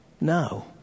No